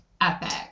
epic